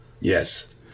Yes